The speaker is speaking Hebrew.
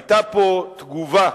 היתה פה תגובה,